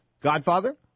Godfather